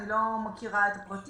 אבל אני לא מכירה את הפרטים.